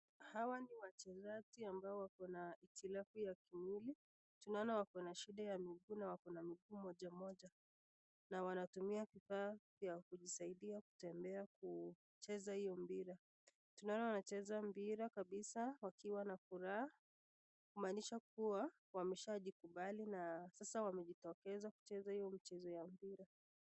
Hawa ni wachezaji ambao wako na itilafu ya kimwili. Tunaona wako na shida ya miguu na wako na miguu moja moja na wanatumia vifaa vya kujisaidia kutembea kucheza hiyo mpira. Tunaona wanacheza mpira kabisa wakiwa na furaha kumaanisha kuwa wameshajikubali na sasa wamejitokeza kucheza hiyo mchezo ya mpira.